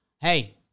hey